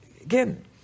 again